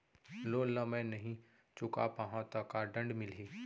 Loan ला मैं नही चुका पाहव त का दण्ड मिलही?